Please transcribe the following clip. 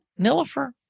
Nilifer